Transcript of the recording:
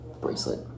bracelet